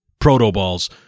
Protoballs